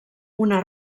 una